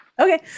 okay